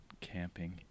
camping